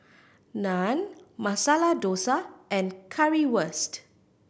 Naan Masala Dosa and Currywurst